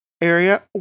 area